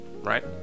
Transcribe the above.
right